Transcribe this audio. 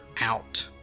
out